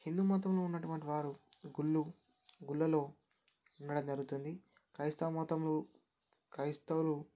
హిందూ మతంలో ఉన్నటువంటివారు గుళ్ళు గుళ్ళలో ఉండడం జరుగుతుంది క్రైస్తవ మతం క్రైస్తవులు